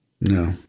No